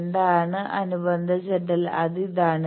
എന്താണ് അനുബന്ധ ZL അത് ഇതാണ്